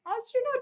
Astronaut